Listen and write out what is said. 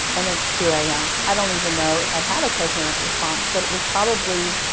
and it's two a m. i don't even know if i had a coherent response, but it was probably,